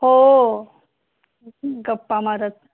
हो गप्पा मारत